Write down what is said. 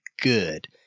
good